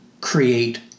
create